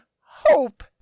hope